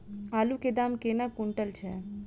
आलु केँ दाम केना कुनटल छैय?